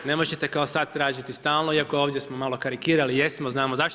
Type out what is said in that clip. Ne možete kao sad tražiti stalno, iako ovdje smo malo karikirali jesmo, znamo zašto.